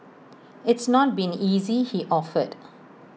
it's not been easy he offered